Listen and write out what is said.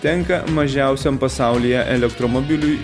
tenka mažiausiam pasaulyje elektromobiliui